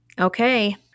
Okay